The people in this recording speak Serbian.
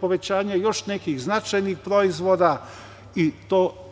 povećanje još nekih značajnih proizvoda i to se dešava